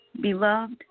Beloved